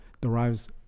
derives